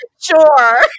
sure